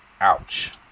Ouch